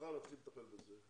מחר, להתחיל לטפל בזה.